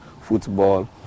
football